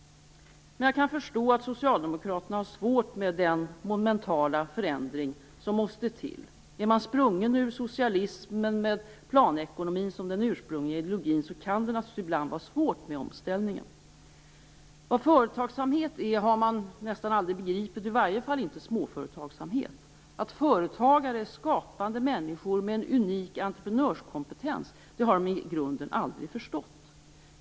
Jag kan förstå att Socialdemokraterna har svårt med den monumentala förändring som måste till. Är man sprungen ur socialismen med planekonomin som den ursprungliga ideologin kan det naturligtvis ibland vara svårt med omställningen. Vad företagsamhet är har man nästan aldrig begripit - i varje fall inte småföretagsamhet. Att företagare är skapande människor med en unik entreprenörskompetens har de i grunden aldrig förstått.